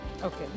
Okay